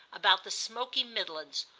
about the smoky midlands,